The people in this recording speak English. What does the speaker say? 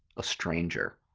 a stranger.